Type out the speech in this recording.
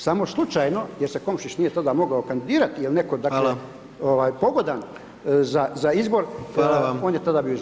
Samo slučajno, jer se Komšić nije tada mogao kandidirati, jer netko dakle pogodan za izbor, on je tada bio izabran.